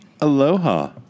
Aloha